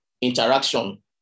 interaction